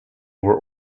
were